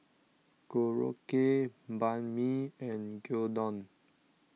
Korokke Banh Mi and Gyudon